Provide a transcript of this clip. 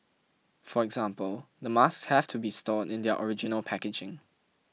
for example the masks have to be stored in their original packaging